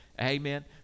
amen